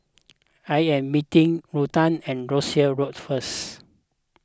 I am meeting Rutha at Russels Road first